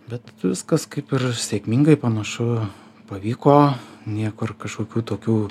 bet viskas kaip ir sėkmingai panašu pavyko niekur kažkokių tokių